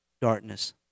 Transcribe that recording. darkness